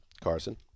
Carson